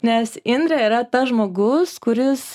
nes indrė yra tas žmogus kuris